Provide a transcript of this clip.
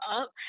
up